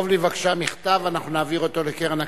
תכתוב לי בבקשה מכתב, אנחנו נעביר לקרן הקיימת,